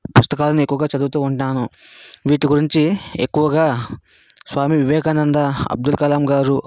పుస్తకాలని ఎక్కువగా చదువుతూ ఉంటాను వీటి గురించి ఎక్కువగా స్వామీ వివేకానంద అబ్దుల్ కలాం గారు